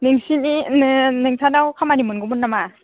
नोंसोरनाव खामानि मोनगौमोन नामा